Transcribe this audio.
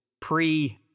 pre-